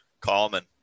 common